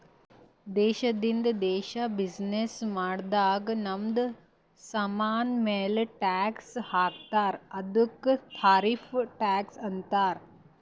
ದೇಶದಿಂದ ದೇಶ್ ಬಿಸಿನ್ನೆಸ್ ಮಾಡಾಗ್ ನಮ್ದು ಸಾಮಾನ್ ಮ್ಯಾಲ ಟ್ಯಾಕ್ಸ್ ಹಾಕ್ತಾರ್ ಅದ್ದುಕ ಟಾರಿಫ್ ಟ್ಯಾಕ್ಸ್ ಅಂತಾರ್